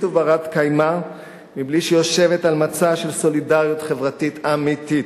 ובת-קיימא בלי שהיא יושבת על מצע של סולידריות חברתית אמיתית.